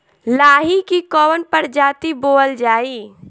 लाही की कवन प्रजाति बोअल जाई?